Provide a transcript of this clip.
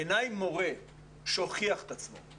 בעיניי מורה שהוכיח את עצמו,